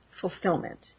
fulfillment